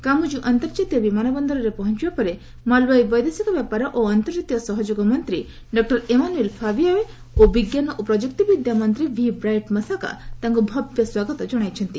କାମ୍ବକ୍ ଅନ୍ତର୍ଜାତୀୟ ବିମାନବନ୍ଦରରେ ପହଞ୍ଚିବା ପରେ ମାଲୱାଇ ବୈଦେଶିକ ବ୍ୟାପାର ଓ ଅନ୍ତର୍ଜାତୀୟ ସହଯୋଗ ମନ୍ତ୍ରୀ ଡଃ ଏମାନୁଏଲ୍ ଫାବିଆଓ ଓ ବିଜ୍ଞାନ ଓ ପ୍ରଯୁକ୍ତିବିଦ୍ୟା ମନ୍ତ୍ରୀ ଭି ବ୍ରାଇଟ୍ ମାସାକା ତାଙ୍କୁ ଭବ୍ୟ ସ୍ୱାଗତ ଜଣାଇଛନ୍ତି